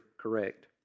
correct